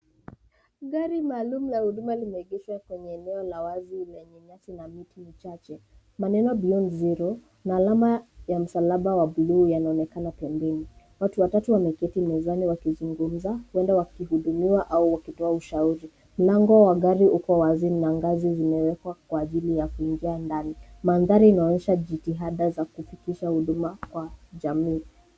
Gari maalum la huduma limeegeshwa kwenye eneo la wazi lenye nyasi na miti michache. Maneno Beyond Zero na alama ya msalaba wa bluu yanaonekana pembeni. Watu watatu wameketi mezani wakizungumza, huenda wakihudumiwa au wakitoa ushauri. Mlango wa gari uko wazi na ngazi zimewekwa kwa ajili ya kuingia ndani. Mandhari inaonyesha jitihada za kufikisha huduma kwa jamii.